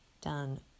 done